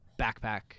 backpack